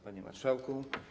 Panie Marszałku!